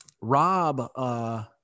Rob